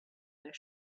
their